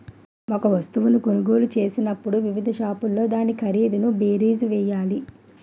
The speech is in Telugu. ఒక వస్తువును కొనుగోలు చేసినప్పుడు వివిధ షాపుల్లో దాని ఖరీదు బేరీజు వేయాలి